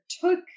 took